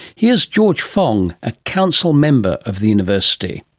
here's george fong, a council member of the university.